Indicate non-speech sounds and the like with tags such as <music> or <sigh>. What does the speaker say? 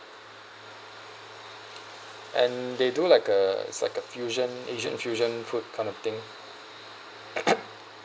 and they do like uh it's like a fusion asian fusion food kind of thing <coughs>